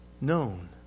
known